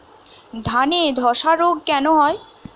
ধানে ধসা রোগ কেন হয়?